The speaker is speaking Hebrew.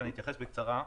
אני אתייחס בקצרה.